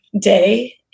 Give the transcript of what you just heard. day